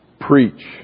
preach